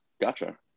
gotcha